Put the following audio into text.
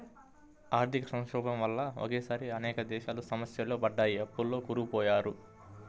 ఆర్థిక సంక్షోభం వల్ల ఒకేసారి అనేక దేశాలు సమస్యల్లో పడ్డాయి, అప్పుల్లో కూరుకుపోయారు